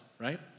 right